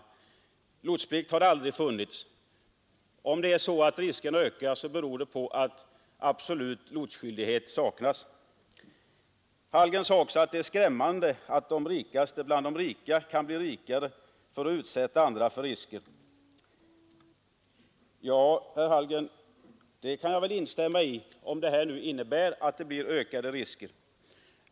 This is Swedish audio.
— Sådan lotsplikt har aldrig funnits! Herr Hallgren sade också att det är skrämmande att de rikaste bland rika kan bli rikare genom att spara på utgifter för säkerheten och utsätta andra för risker. Ja, herr Hallgren, det kan jag instämma i, om det nu blir ökade risker utan generell lotsplikt.